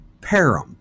param